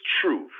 truth